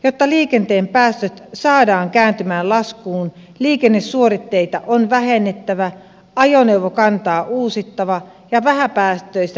jotta liikenteen päästöt saadaan kääntymään laskuun liikennesuoritteita on vähennettävä ajoneuvokantaa uusittava ja vähäpäästöistä liikenneteknologiaa kehitettävä